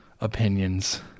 opinions